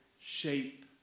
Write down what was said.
shape